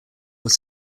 were